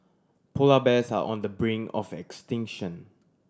polar bears are on the brink of extinction